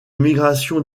migration